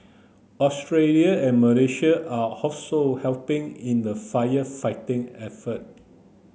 Australia and Malaysia are also helping in the firefighting effort